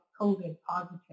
COVID-positive